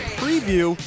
preview